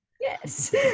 yes